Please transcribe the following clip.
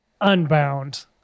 unbound